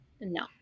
no